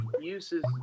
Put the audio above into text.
uses